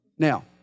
Now